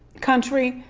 country?